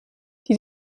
die